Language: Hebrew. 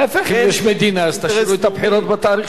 אם יש מדינה אז תשאירו את הבחירות בתאריך שלהן.